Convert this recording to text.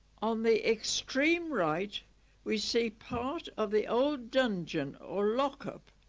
on the extreme right we see part of the old dungeon or lock-up